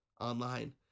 online